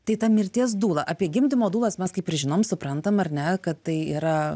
tai ta mirties dūla apie gimdymo dūlas mes kaip ir žinom suprantam ar ne kad tai yra